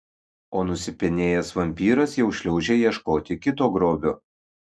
o nusipenėjęs vampyras jau šliaužia ieškoti kito grobio